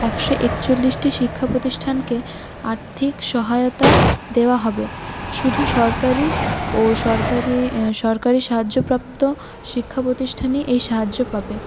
একশো একচল্লিশটি শিক্ষা প্রতিষ্ঠানকে আর্থিক সহায়তা দেওয়া হবে শুধু সরকারি ও সরকারি সরকারি সাহায্যপ্রাপ্ত শিক্ষা প্রতিষ্ঠানই এই সাহায্য পাবে